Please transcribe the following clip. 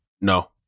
No